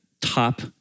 top